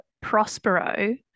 Prospero